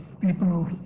people